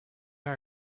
our